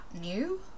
new